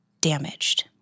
damaged